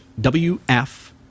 WF